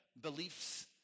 beliefs